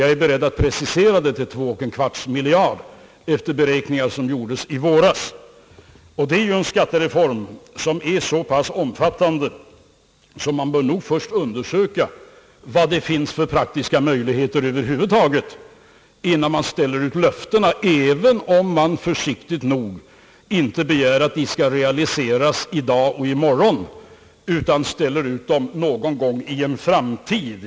Jag är beredd att precisera beloppet till 21/4 miljarder kronor efter beräkningar som gjordes i våras. Det är en skattereform som är så pass omfattande att man nog först bör undersöka vilka praktiska möjligheter det över huvud taget finns att förverkliga en sådan sak och detta innan man ger löften, även om man försiktigt nog inte begär att de skall realiseras i dag eller i morgon utan ställer ut dem någon gång i en framtid.